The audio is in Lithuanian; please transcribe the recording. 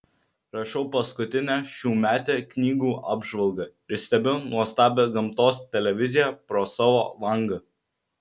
rašau paskutinę šiųmetę knygų apžvalgą ir stebiu nuostabią gamtos televiziją pro savo langą